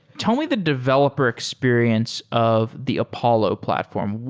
tell me the developer experience of the apollo platform.